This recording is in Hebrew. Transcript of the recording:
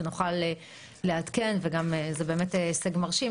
שנוכל לעדכן וגם זה באמת הישג מרשים,